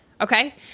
okay